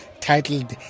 titled